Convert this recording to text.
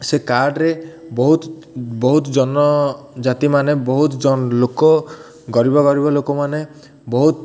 ସେ କାର୍ଡ଼ରେ ବହୁତ ବହୁତ ଜନଜାତିମାନେ ବହୁତ ଜ ଲୋକ ଗରିବ ଗରିବ ଲୋକମାନେ ବହୁତ